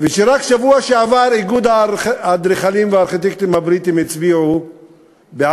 ורק בשבוע שעבר איגוד האדריכלים והארכיטקטים הבריטים הצביע בעד